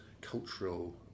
cultural